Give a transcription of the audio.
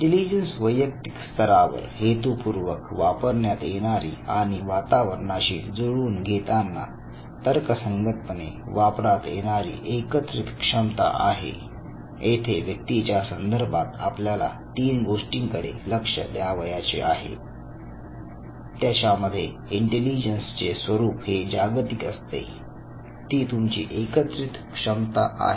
intelligence वैयक्तिक स्तरावर हेतुपूर्वक वापरण्यात येणारी आणि वातावरणाशी जुळवून घेताना तर्कसंगतपणे वापरात येणारी एकत्रित क्षमता आहे येथे व्यक्तीच्या संदर्भात आपल्याला तीन गोष्टींकडे लक्ष द्यावयाचे आहे त्याच्यामध्ये इंटेलिजन्स चे स्वरूप हे जागतिक असते ती तुमची एकत्रित क्षमता आहे